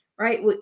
right